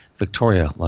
Victoria